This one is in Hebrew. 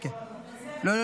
כל אלה